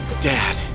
Dad